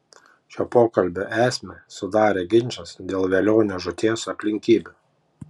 šio pokalbio esmę sudarė ginčas dėl velionio žūties aplinkybių